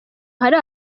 hari